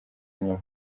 nyuma